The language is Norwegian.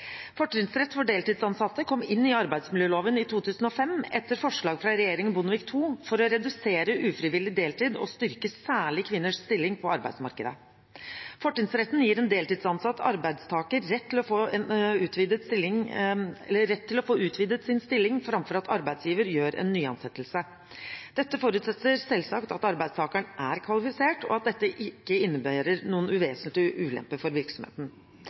Fortrinnsrett for deltidsansatte kom inn i arbeidsmiljøloven i 2005, etter forslag fra regjeringen Bondevik II, for å redusere ufrivillig deltid og styrke særlig kvinners stilling på arbeidsmarkedet. Fortrinnsretten gir en deltidsansatt arbeidstaker rett til å få utvidet sin stilling framfor at arbeidsgiveren gjør en nyansettelse. Dette forutsetter selvsagt at arbeidstakeren er kvalifisert, og at det ikke innebærer noen vesentlige ulemper for virksomheten.